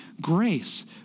grace